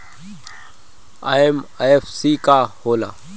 MFC का होला?